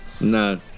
No